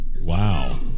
Wow